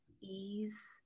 ease